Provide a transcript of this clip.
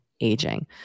aging